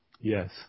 yes